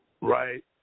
right